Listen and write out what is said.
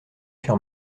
sur